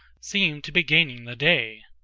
seemed to be gaining the day.